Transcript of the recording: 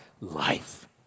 life